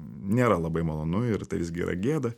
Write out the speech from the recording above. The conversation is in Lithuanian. nėra labai malonu ir tai visgi yra gėda